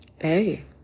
Hey